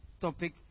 topic